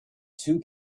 too